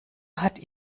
hat